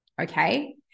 Okay